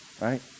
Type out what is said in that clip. Right